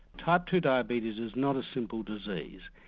type two diabetes is not a simple disease,